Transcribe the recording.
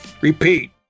repeat